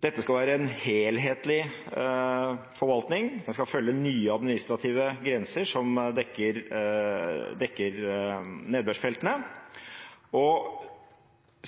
Dette skal være en helhetlig forvaltning, og den skal følge nye administrative grenser som dekker nedbørsfeltene.